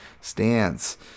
stance